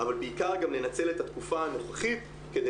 אבל בעיקר גם לנצל את התקופה הנוכחית כדי